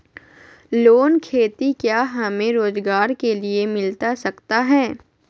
Loan खेती क्या हमें रोजगार के लिए मिलता सकता है?